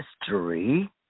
history